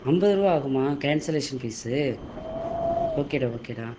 ஐம்பது ரூபா ஆகுமா கேன்சலேஷன் ஃபீஸு ஓகேடா ஓகேடா